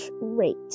rate